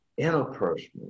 interpersonal